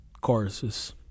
choruses